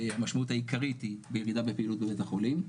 המשמעות העיקרית היא בירידה בפעילות בבית החולים,